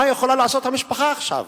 מה יכולה לעשות המשפחה עכשיו,